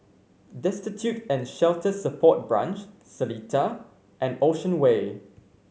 Destitute and Shelter Support Branch Seletar and Ocean Way